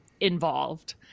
involved